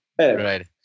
Right